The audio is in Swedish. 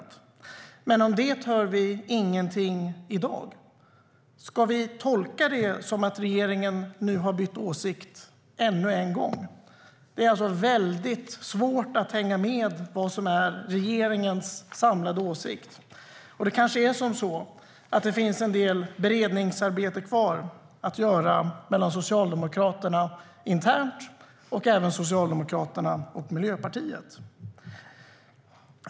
Det var mycket välkommet. Om detta hör vi dock ingenting i dag. Ska vi tolka det som att regeringen har bytt åsikt ännu en gång? Det är alltså väldigt svårt att hänga med i vad som är regeringens samlade åsikt. Det kanske är så att det finns en del beredningsarbete kvar att göra i Socialdemokraterna internt samt mellan Socialdemokraterna och Miljöpartiet.